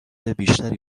بیشتری